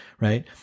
right